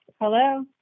Hello